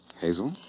Hazel